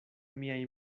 miaj